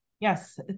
Yes